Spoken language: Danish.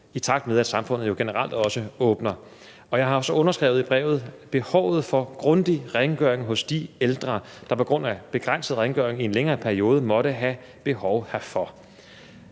i takt med at samfundet jo generelt også åbner. Jeg har også understreget i brevet, at der er behov for grundig rengøring hos de ældre, der på grund af begrænset rengøring i en længere periode måtte have behov herfor.